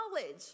knowledge